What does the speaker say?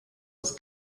des